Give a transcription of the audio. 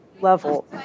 level